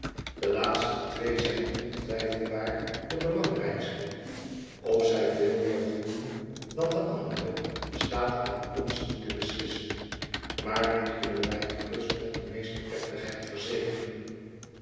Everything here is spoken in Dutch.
de laatste twee zijn ontwijfelbaar de belangrijkste of zij veel meer goed doen dan de andere staat aan ons niet te beslissen maar dit kunnen wij gerust met de meeste plechtigheid veraekeren